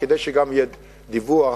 כדי שגם יהיה דיווח